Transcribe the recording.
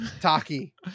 Taki